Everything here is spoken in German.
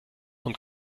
und